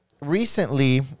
recently